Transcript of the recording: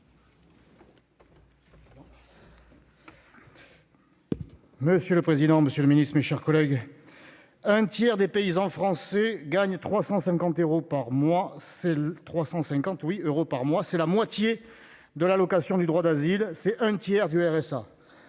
Monsieur le président, monsieur le ministre, mes chers collègues, un tiers des paysans gagne 350 euros par mois. C'est la moitié de l'allocation du droit d'asile et un tiers du RSA